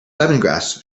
lemongrass